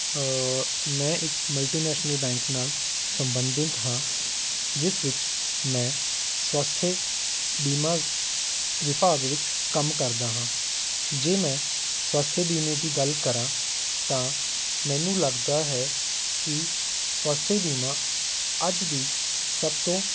ਮੈਂ ਇੱਕ multinational bank ਨਾਲ ਸੰਬੰਧਿਤ ਹਾਂ ਜਿਸ ਵਿੱਚ ਮੈਂ ਸਵਸਥੇ ਬੀਮਾ ਵਿਭਾਗ ਵਿੱਚ ਕੰਮ ਕਰਦਾ ਹਾਂ ਜੇ ਮੈਂ ਸਵਸਥੇ ਬੀਮੇ ਦੀ ਗੱਲ ਕਰਾਂ ਤਾਂ ਮੈਨੂੰ ਲੱਗਦਾ ਹੈ ਕੀ ਸਵਸਥੇ ਬੀਮਾ ਅੱਜ ਦੀ ਸਭ ਤੋਂ